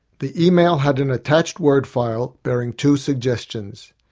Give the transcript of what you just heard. the email had an attached word file bearing two suggestions.